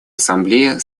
ассамблея